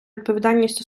відповідальність